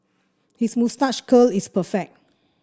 his moustache curl is perfect